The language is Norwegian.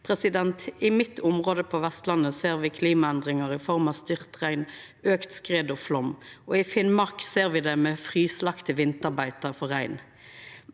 i Noreg. I mitt område på Vestlandet ser me klimaendringar i form av styrtregn, auka skred og flaum, og i Finnmark ser me det med frostlagde vinterbeite for rein.